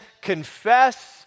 Confess